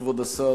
כבוד השר,